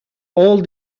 all